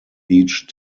each